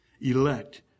Elect